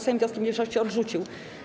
Sejm wnioski mniejszości odrzucił.